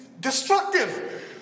Destructive